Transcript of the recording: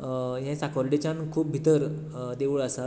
हें साकोरडेच्यान खूब भितर देवूळ आसा